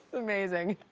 amazing.